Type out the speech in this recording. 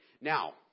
Now